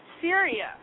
Syria